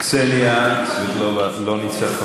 קסניה סבטלובה, לא נמצאת.